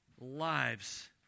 lives